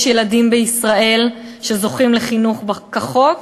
יש ילדים בישראל שזוכים לחינוך כחוק,